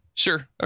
Sure